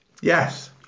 Yes